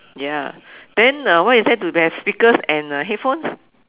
ya then uh why is that if you have uh speakers and uh headphones